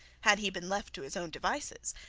had he been left to his own devices,